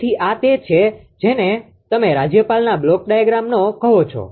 તેથી આ તે છે જેને તમે રાજ્યપાલના બ્લોક ડાયાગ્રામને કહો છો